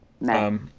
No